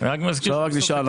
עכשיו רק נשאר,